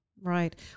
right